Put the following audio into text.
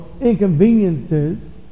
inconveniences